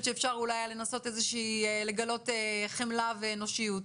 שאפשר היה אולי לנסות לגלות חמלה ואנושיות.